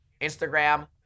Instagram